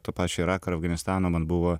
to pačio irako ir afganistano man buvo